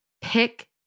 pick